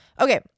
okay